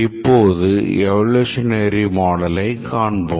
இப்போது எவோலோஷனரி மாடலை காண்போம்